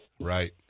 Right